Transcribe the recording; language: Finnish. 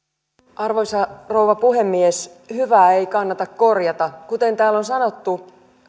arvoisa rouva puhemies hyvää ei kannata korjata kuten täällä on sanottu